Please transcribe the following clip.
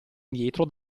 indietro